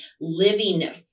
living